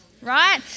right